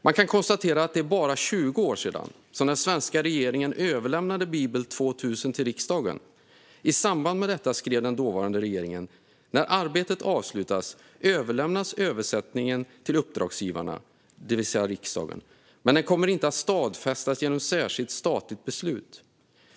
Man kan konstatera att det bara är 20 år sedan som den svenska regeringen överlämnade Bibel 2000 till riksdagen. I samband med detta skrev den dåvarande regeringen: När arbetet avslutas överlämnas översättningen till uppdragsgivarna, det vill säga riksdagen, men den kommer inte att stadfästas genom särskilt statligt beslut.